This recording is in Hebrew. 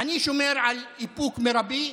אני שומר על איפוק מרבי,